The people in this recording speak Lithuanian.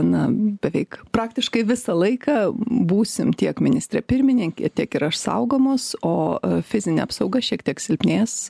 na beveik praktiškai visą laiką būsim tiek ministrė pirmininkė tiek ir aš saugomos o fizinė apsauga šiek tiek silpnės